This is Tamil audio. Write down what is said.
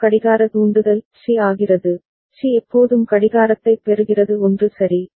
அடுத்த கடிகார தூண்டுதல் சி ஆகிறது சி எப்போதும் கடிகாரத்தைப் பெறுகிறது 1 சரி